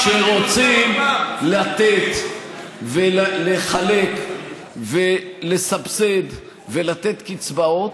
כשרוצים לתת ולחלק ולסבסד ולתת קצבאות,